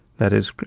that is,